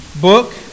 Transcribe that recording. book